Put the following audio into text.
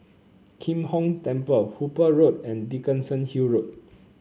Kim Hong Temple Hooper Road and Dickenson Hill Road